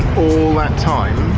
all that time